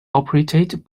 operated